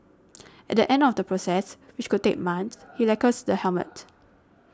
at the end of the process which could take months he lacquers the helmet